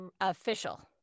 official